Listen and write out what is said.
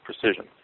precision